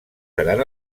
seran